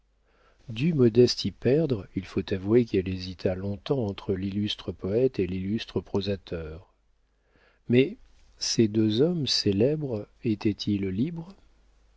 dût modeste y perdre il faut avouer qu'elle hésita longtemps entre l'illustre poëte et l'illustre prosateur mais ces deux hommes célèbres étaient-ils libres